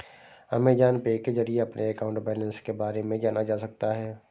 Amazon Pay के जरिए अपने अकाउंट बैलेंस के बारे में जाना जा सकता है